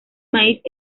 maíz